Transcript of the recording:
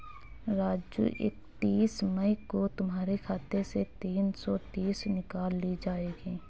राजू इकतीस मई को तुम्हारे खाते से तीन सौ तीस निकाल ली जाएगी